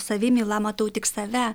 savimyla matau tik save